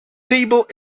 table